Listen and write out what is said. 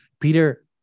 Peter